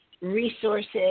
Resources